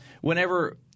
whenever